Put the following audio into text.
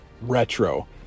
retro